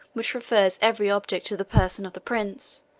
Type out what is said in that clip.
which refers every object to the person of the prince,